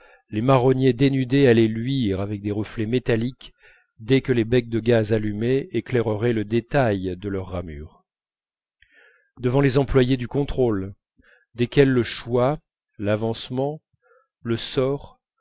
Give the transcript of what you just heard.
les marronniers dénudés allaient luire avec des reflets métalliques dès que les becs de gaz allumés éclaireraient le détail de leurs ramures devant les employés du contrôle desquels le choix l'avancement le sort